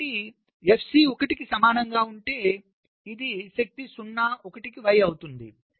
కాబట్టి FC 1 కి సమానంగా ఉంటే ఇది శక్తి 0 1 కు y అవుతుంది